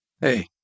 Hey